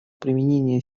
применение